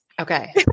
Okay